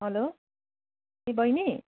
हलो ए बैनी